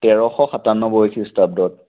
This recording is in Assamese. তেৰশ সাতান্নব্বৈ খ্ৰীষ্টাব্দত